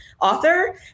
author